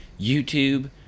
YouTube